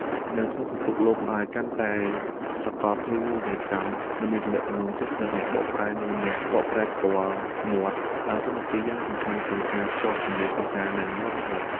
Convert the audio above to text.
នៅក្នុងពិភពលោកដែលកាន់តែសកលភាវូបនីយកម្ម និងមានទំនាក់ទំនងជិតស្និទ្ធ អ្នកបកប្រែ និងអ្នកបកប្រែផ្ទាល់មាត់ដើរតួនាទីយ៉ាងសំខាន់ក្នុងការភ្ជាប់គម្លាតភាសា និងវប្បធម៌។